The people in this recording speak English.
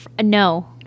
no